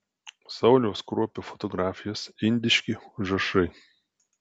sauliaus kruopio fotografijos indiški užrašai